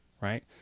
Right